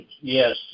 yes